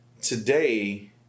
today